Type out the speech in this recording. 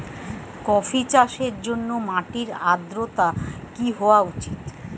Coffee চাষের জন্য মাটির আর্দ্রতা কি হওয়া উচিৎ?